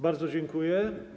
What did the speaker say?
Bardzo dziękuję.